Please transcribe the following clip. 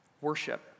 worship